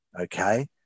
Okay